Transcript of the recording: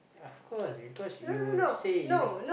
of course because you say you